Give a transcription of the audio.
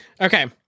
Okay